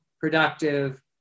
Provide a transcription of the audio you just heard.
productive